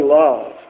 love